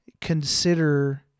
Consider